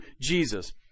Jesus